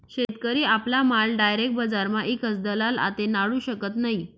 शेतकरी आपला माल डायरेक बजारमा ईकस दलाल आते नाडू शकत नै